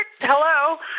Hello